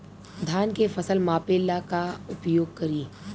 धान के फ़सल मापे ला का उपयोग करी?